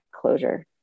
closure